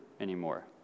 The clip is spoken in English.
anymore